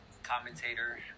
commentator